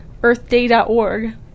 earthday.org